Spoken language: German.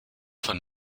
von